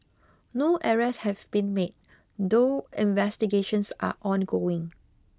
no arrests have been made though investigations are ongoing